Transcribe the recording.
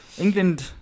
england